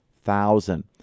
thousand